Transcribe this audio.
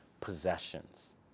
possessions